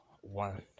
one